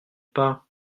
pas